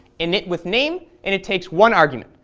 initwithname, and it takes one argument,